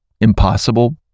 impossible